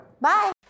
Bye